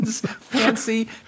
fancy